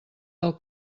del